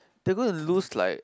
they gonna lose like